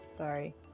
Sorry